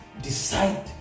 decide